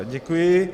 Děkuji.